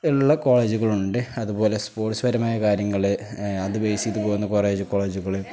ഉള്ള കോളേജുകളുണ്ട് അതുപോലെ സ്പോർട്സ് പരമായ കാര്യങ്ങള് അത് ബേസ് ചെയ്ത് പോകുന്ന കുറേ കോളേജുകള്